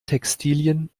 textilien